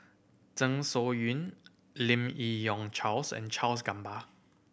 Zeng Lim Yi Yong Charles and Charles Gamba